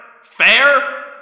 Fair